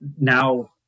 now